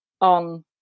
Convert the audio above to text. on